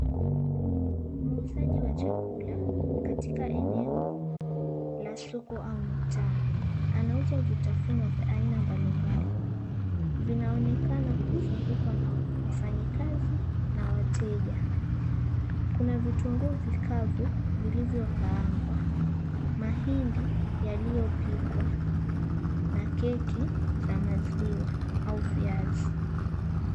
Muuzaji wa chakula katika eneo la soko au mtaa anauza vitafuno vya aina mbalimbali. Vinaonekana kuzungukwa na wafanyikazi na wateja. Kuna vitunguu vikavu vilivyokaangwa, mahindi yaliyopikwa na keki za maziwa au viazi.